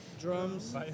Drums